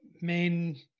main